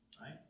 Right